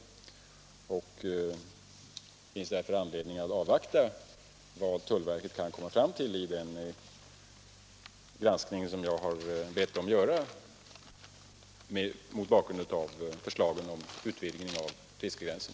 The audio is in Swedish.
Det finns därför anledning att avvakta vad tullverket kan komma fram till vid den granskning jag har bett verket göra mot bakgrund av förslagen om utvidgning av fiskegränsen.